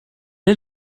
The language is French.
est